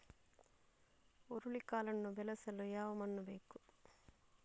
ಹುರುಳಿಕಾಳನ್ನು ಬೆಳೆಸಲು ಯಾವ ಮಣ್ಣು ಬೇಕು?